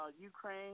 Ukraine